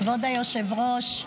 כבוד היושב-ראש,